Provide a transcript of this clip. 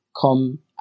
come